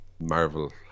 Marvel